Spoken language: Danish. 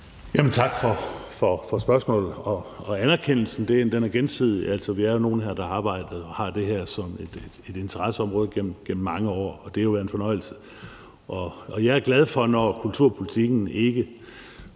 Tak for spørgsmålet og anerkendelsen. Den er gensidig. Vi er nogle her, der har arbejdet med og har haft det her som et interesseområde gennem mange år, og det har jo været en fornøjelse. Og jeg er glad for, når kulturpolitikken ikke